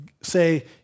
say